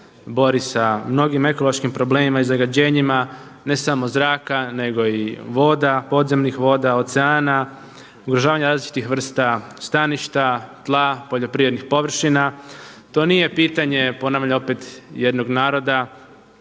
bori sa mnogim ekološkim problemima i zagađenjima, ne samo zraka nego i voda, podzemnih voda, oceana, uvažavanja različitih vrsta staništa, tla, poljoprivrednih površina. To nije pitanje, ponavljam opet jednog naroda,